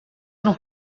não